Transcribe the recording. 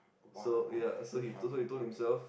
so ya so he told he told himself